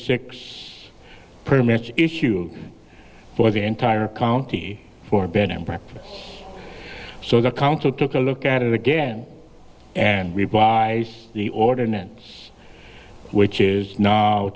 match issue for the entire county for bed and breakfasts so the council took a look at it again and rebuys the ordinance which is